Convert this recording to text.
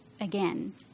again